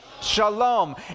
Shalom